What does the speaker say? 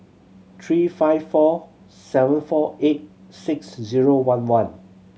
three five four seven four eight six zero one one